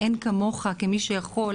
אין כמוך כמי שיכול